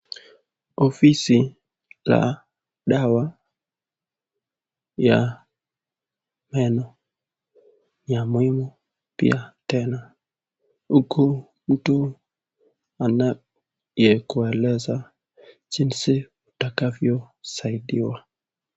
Ofisi la dawa ya meno ya muhimu, pia tena huku mtu anayekueleza jinsi utakavyosaidiwa.